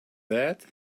that